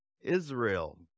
Israel